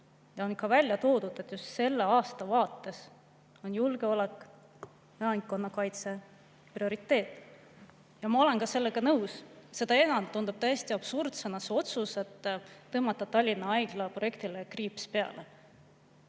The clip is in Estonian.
ta on ka välja toonud, et just sellel aastal on julgeolek ja elanikkonnakaitse prioriteet. Ma olen ka sellega nõus. Seda enam tundub täiesti absurdsena otsus tõmmata Tallinna Haigla projektile kriips peale.